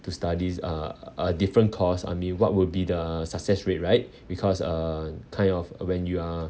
to studies uh a different course I mean what would be the success rate right because uh kind of uh when you are